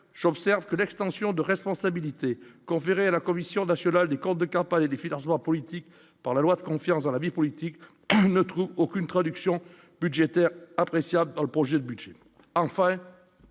j'observe que l'extension de responsabilité conféré à la Commission nationale des comptes de campagne et des financements politiques, par la loi, de confiance dans la vie politique ne trouvent aucune traduction budgétaire appréciable dans le projet de budget, enfin,